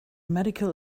medical